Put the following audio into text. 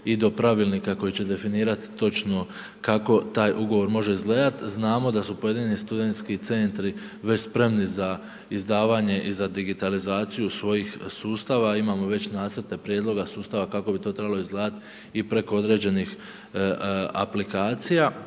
i do pravilnika koji će definirati točno kako taj ugovor može izgledati. Znamo da su pojedini studentski centri već spremni za izdavanje i za digitalizaciju svojih sustava. Imamo već nacrte prijedloga sustava kako bi to trebalo izgledati i preko određenih aplikacija.